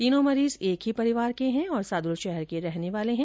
तीनों मरीज एक ही परिवार के हैं और सादुलशहर के रहने वाले हैं